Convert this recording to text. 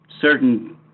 certain